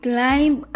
Climb